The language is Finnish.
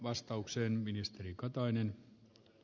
arvoisa herra puhemies